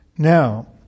Now